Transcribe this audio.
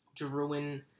Druin